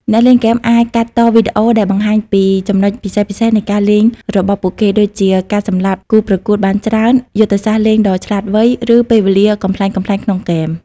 អ្នកលេងហ្គេមអាចកាត់តវីដេអូដែលបង្ហាញពីចំណុចពិសេសៗនៃការលេងរបស់ពួកគេ ដូចជាការសម្លាប់គូប្រជែងបានច្រើន យុទ្ធសាស្ត្រលេងដ៏ឆ្លាតវៃ ឬពេលវេលាកំប្លែងៗក្នុងហ្គេម។